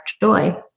joy